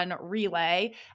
Relay